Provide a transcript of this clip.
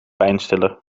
pijnstiller